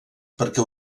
perquè